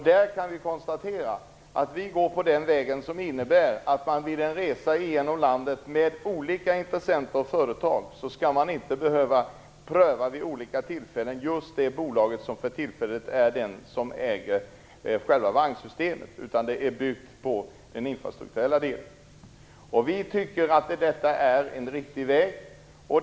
Jag kan konstatera att vi går den väg som innebär att man vid en resa genom landet med olika intressenter och företag inte skall behöva få prövat just det bolag som för tillfället äger själva vagnssystemet. Det bygger i stället på infrastrukturdelen. Vi tycker att det är en riktig väg.